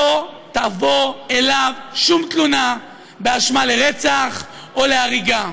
לא תעבור אליו שום תלונה באשמה לרצח או להריגה.